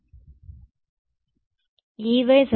విద్యార్థి Ey అనేది సరిహద్దుకు టాంజెంట్